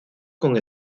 con